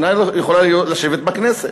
אינה יכולה לשבת בכנסת.